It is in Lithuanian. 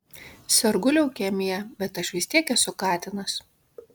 sergu leukemija bet aš vis tiek esu katinas